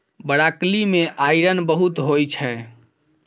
broccoli मे iron बहुत होइ छै